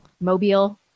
Mobile